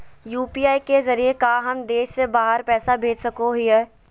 UPI के जरिए का हम देश से बाहर पैसा भेज सको हियय?